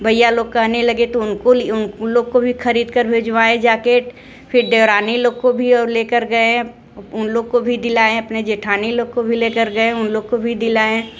भैया लोग कहने लगे तो उनको उन उन लोग को भी खरीद कर भेजवाए जाकेट फिर देवरानी लोग को भी और लेकर गए उन लोग को भी दिलाएँ अपने जेठानी लोग को भी लेकर गए उन लोग को भी दिलाएँ